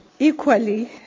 equally